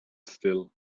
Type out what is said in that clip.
still